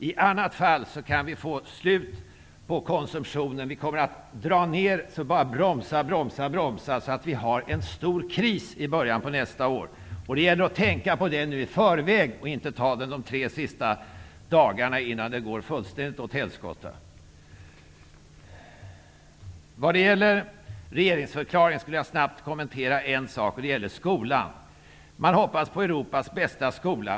I annat fall kan det bli slut på konsumtionen. Man kommer att bli tvungen att dra ned och bromsa så mycket att det blir en stor kris i början av nästa år. Det gäller att börja tänka på detta i förväg och inte under de tre sista dagarna innan det går fullständigt åt helskotta. Jag vill snabbt kommentera en sak i regeringsförklaringen. Det gäller skolan. Man hoppas på att det skall bli Europas bästa skola.